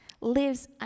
lives